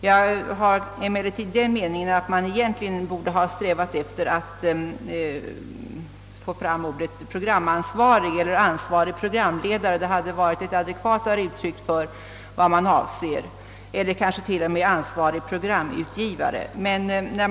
Jag anser emellertid att man egentligen borde ha använt ordet programansvarig, ansvarig programledare eller kanske t.o.m. ansvarig programutgivare. Det hade givit ett adekvatare uttryck för vad man avser.